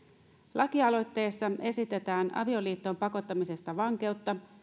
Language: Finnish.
lakialoitteessa esitetään avioliittoon pakottamisesta vankeutta